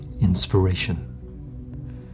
inspiration